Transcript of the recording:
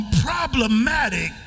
problematic